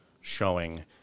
showing